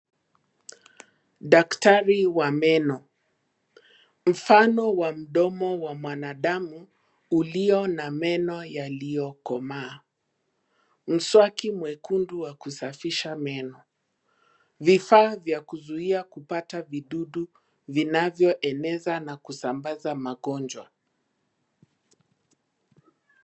Daktari wa meno. Mfano wa mdomo wa mwanadamu, ulio na meno yaliyokomaa. Mswaki mwekundu wa kusafisha meno. Vifaa vya kuzuia kupata vidudu vinavyoeneza na kusambaza magonjwa.